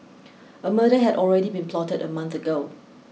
a murder had already been plotted a month ago